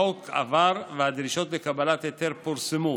החוק עבר והדרישות לקבלת היתר פורסמו.